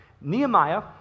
Nehemiah